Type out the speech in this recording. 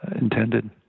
intended